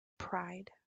pride